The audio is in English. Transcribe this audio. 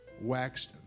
Waxed